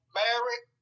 married